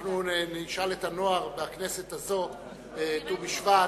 אנחנו נשאל את הנוער בכנסת הזאת, בט"ו בשבט,